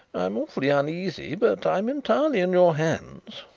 i'm awfully uneasy but i'm entirely in your hands.